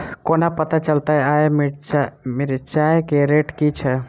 कोना पत्ता चलतै आय मिर्चाय केँ रेट की छै?